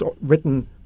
written